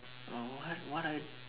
oh what what are